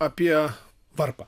apie varpą